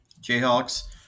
Jayhawks